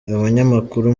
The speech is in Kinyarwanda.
abanyamakuru